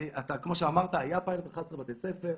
כמו שאמרת, היה פיילוט, 11 בתי ספר.